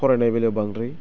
फरायनाय बेलायाव बांद्राय